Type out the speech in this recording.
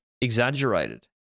exaggerated